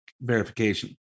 verification